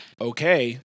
Okay